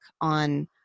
on